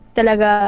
talaga